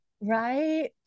right